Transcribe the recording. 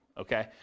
okay